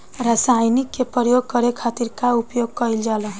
रसायनिक के प्रयोग करे खातिर का उपयोग कईल जाला?